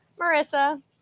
Marissa